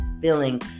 feeling